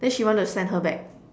then she want to send her back